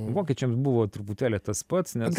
vokiečiams buvo truputėlį tas pats nes